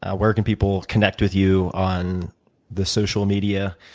ah where can people connect with you on the social media?